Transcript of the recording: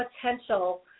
potential